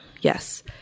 yes